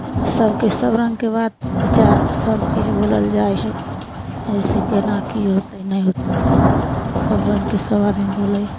सभके सबरङ्गके बात विचार सबचीज बोलल जाइ हइ एहिसे कोना कि होतै नहि होतै सबरङ्गके सभ आदमी बोलै हइ